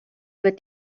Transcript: wird